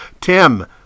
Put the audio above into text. Tim